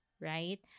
right